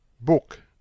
Book